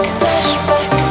flashback